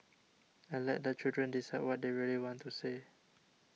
and let the children decide what they really want to say